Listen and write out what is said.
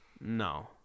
No